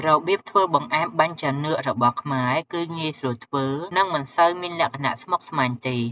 របៀបធ្វើបង្អែមបាញ់ចានឿករបស់ខ្មែរគឺងាយស្រួលធ្វើ និងមិនសូវមានលក្ខណៈស្មុគស្មាញទេ។